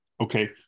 Okay